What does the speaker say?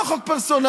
לא חוק פרסונלי,